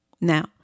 Now